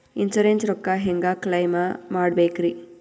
Insurance ರೊಕ್ಕ ಹೆಂಗ claim ಮಾಡ್ಬೇಕ್ರಿ?